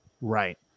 Right